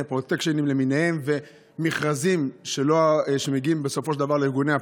פרוטקשנים למיניהם ומכרזים שמגיעים בסופו של דבר לארגוני הפשיעה.